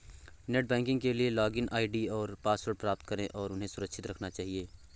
net banking के लिए login ID और पासवर्ड प्राप्त करें और उन्हें सुरक्षित रखना चहिये